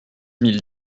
mille